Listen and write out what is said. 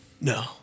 No